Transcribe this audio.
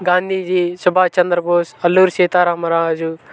Gandhiji Subhash Chandra Bose Alluri Sitaramaraju